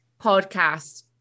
podcast